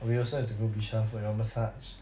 we also have to go bishan for your massage